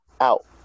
out